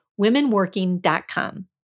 womenworking.com